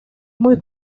muy